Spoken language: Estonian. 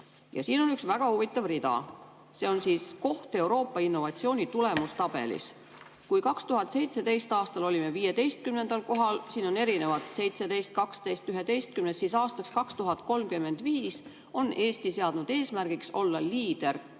Ja siin on üks väga huvitav rida, see on "Koht Euroopa innovatsiooni tulemustabelis". Kui 2017. aastal olime 15. kohal – siin on erinevad kohad: 17., 12. ja 11. koht –, siis aastaks 2035 on Eesti seadnud eesmärgiks olla liider